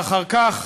ואחר כך,